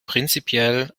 prinzipiell